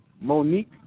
Monique